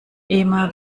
immer